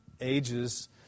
ages